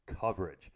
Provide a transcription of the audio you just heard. coverage